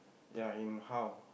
ya and how